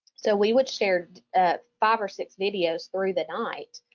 so we would share five or six videos through the night,